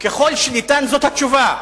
"ככל שניתן", זאת התשובה.